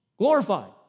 glorified